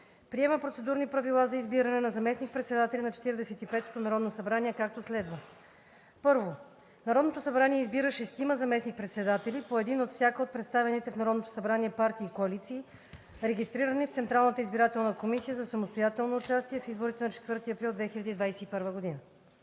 Приема Процедурни правила за избиране на заместник-председатели на Четиридесет и петото народно събрание, както следва: 1. Народното събрание избира шестима заместник-председатели – по един от всяка от представените в Народното събрание партии и коалиции, регистрирани в Централната избирателна комисия за самостоятелно участие в изборите на 4 април 2021 г.